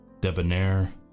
debonair